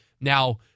Now